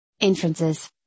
Entrances